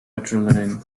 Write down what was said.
adrenaline